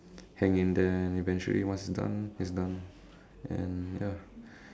hang in there and eventually once done it's done and ya